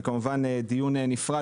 זה כמובן דיון נפרד,